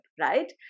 right